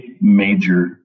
major